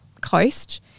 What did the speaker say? Coast